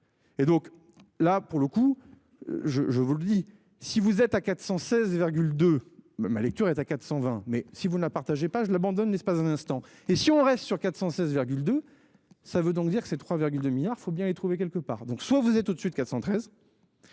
Et donc là pour le coup. Je, je vous le dis, si vous êtes à 416. De ma lecture est à 420 mais si vous ne la partageais pas je l'abandonne l'espace d'un instant, et si on reste sur 416,2. Ça veut donc dire que ces 3,2 milliards. Faut bien les trouver quelque part donc, soit vous êtes tout de suite 413.